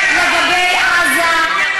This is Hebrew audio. בכל מקרה,